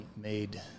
made